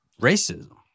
racism